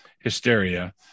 hysteria